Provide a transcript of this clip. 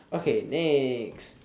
okay next